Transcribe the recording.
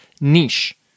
niche